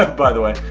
but by the way.